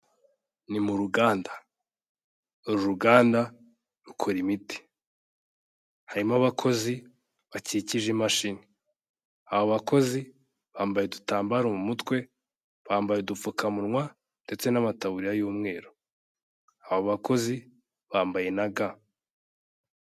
Ni mu ruganda, uru ruganda rukora imiti, harimo abakozi bakikije imashini, aba bakozi bambaye udutambaro mu mutwe, bambaye udupfukamunwa ndetse n'amataburiya y'umweru, aba bakozi bambaye na ga.